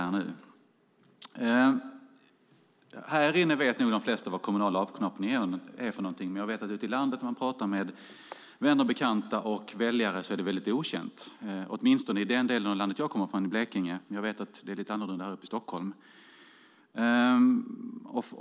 Här inne vet nog de flesta vad kommunala avknoppningar är, men när man pratar med vänner och bekanta och väljare ute i landet är det okänt för dem, åtminstone i den del av landet som jag kommer från, i Blekinge. Jag vet att det är lite annorlunda här uppe i Stockholm.